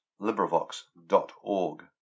LibriVox.org